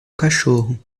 cachorro